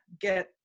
get